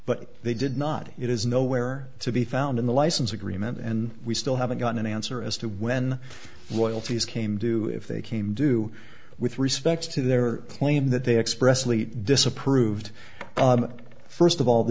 but they did not it is nowhere to be found in the license agreement and we still haven't gotten an answer as to when royalties came due if they came due with respect to their claim that they expressly disapproved first of all the